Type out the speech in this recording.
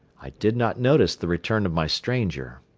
i did not notice the return of my stranger.